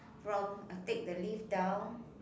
from I take the lift down